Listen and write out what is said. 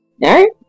No